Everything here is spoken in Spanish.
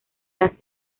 las